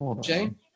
Jane